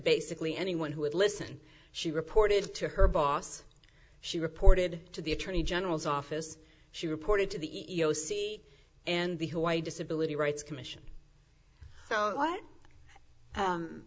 basically anyone who would listen she reported to her boss she reported to the attorney general's office she reported to the e e o c and the hawaii disability rights commission so what